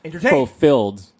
fulfilled